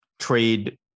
trade